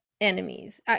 enemies